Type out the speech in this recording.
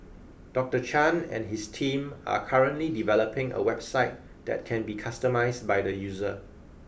Doctor Chan and his team are currently developing a website that can be customised by the user